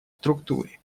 структуре